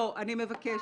לא, אני מבקשת.